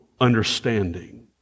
understanding